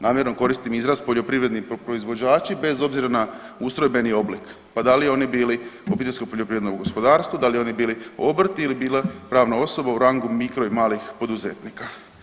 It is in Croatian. Namjerno koristim izraz poljoprivredni proizvođači bez obzira na ustrojbeni oblik, pa da li oni bili obiteljsko poljoprivredno gospodarstvo, da li oni bili obrt ili bila pravna osoba u rangu mikro i malih poduzetnika.